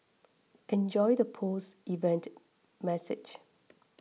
enjoy the post event message